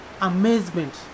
amazement